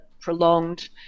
prolonged